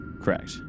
Correct